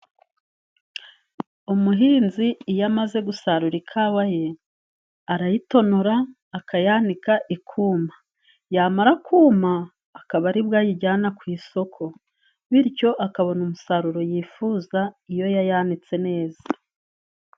Umuhinzi iyo amaze gusarura ikawa ye arayitonora akayanika ikuma, yamara kumpa akaba aribwo ayijyana ku isoko bityo akabona umusaruro yifuza iyo yayanitse neza.